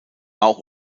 auch